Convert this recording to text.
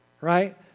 right